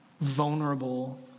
vulnerable